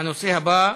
הנושא הבא,